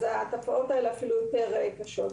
שם התופעות האלה אפילו יותר קשות.